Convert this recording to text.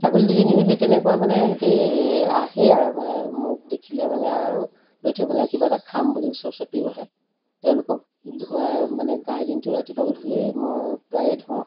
ছাগলী দুজনীও সেই তেনেকুৱা মানে সিহঁতি আহেই আৰু মানে মোক দেখিলে মানে আৰু ৰৈ থাকিব নোৱাৰে কিবা এটা খাম বুলি ওচৰ চাপিও আহে তেওঁলোকক ধোৱাই মানে গাইজনীটো ৰাতিপুৱা গধূলি মই প্ৰায়ে ধুৱাওঁ